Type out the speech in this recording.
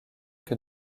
que